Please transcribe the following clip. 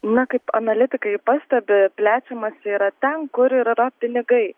na kaip analitikai pastebi plečiamasi yra ten kur ir yra pinigai